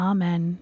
Amen